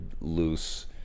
loose